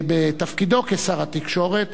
בתפקידו כשר התקשורת,